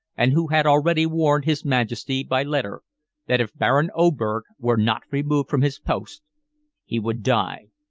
and who had already warned his majesty by letter that if baron oberg were not removed from his post he would die.